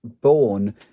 born